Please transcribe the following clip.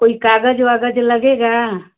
कोई काग़ज़ वागज़ लगेगा